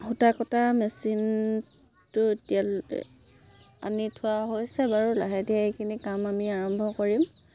সূতা কটা মেচিনটো এতিয়া আনি থোৱা হৈছে বাৰু লাহে ধীৰে কাম আমি আৰম্ভ কৰিম